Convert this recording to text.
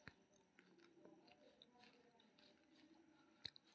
निजी क्षेत्रक एच.डी.एफ.सी बैंक भारतक सबसं पैघ बैंक छियै